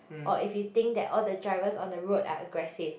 or if you think that all the drivers on the road are aggressive